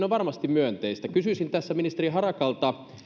on varmasti myönteistä kysyisin tässä ministeri harakalta